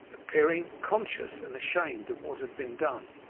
appearing conscious and ashamed of what had been done,